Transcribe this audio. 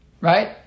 right